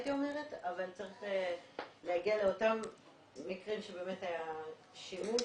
אבל צריך להגיע לאותם מקרים שבאמת היה שימוש.